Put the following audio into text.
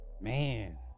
man